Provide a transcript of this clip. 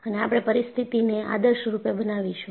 અને આપણે પરિસ્થિતિને આદર્શરૂપ બનાવીશું